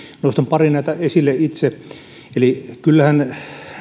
nostan pari näitä esille itse kyllähän